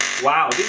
wow,